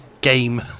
game